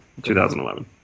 2011